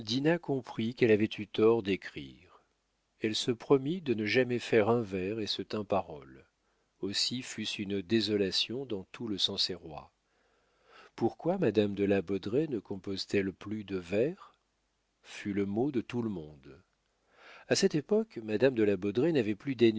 comprit qu'elle avait eu tort d'écrire elle se promit de ne jamais faire un vers et se tint parole aussi fût-ce une désolation dans tout le sancerrois pourquoi madame de la baudraye ne compose t elle plus de vers verse fut le mot de tout le monde a cette époque madame de la baudraye n'avait plus